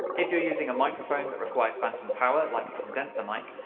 if you're using a microphone that requires phantom power like a condenser mic,